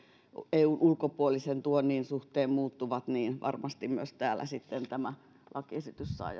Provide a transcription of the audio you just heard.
eun ulkopuolisen tuonnin suhteen muuttuvat niin varmasti myös täällä sitten tämä lakiesitys saa